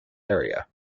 area